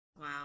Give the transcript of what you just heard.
wow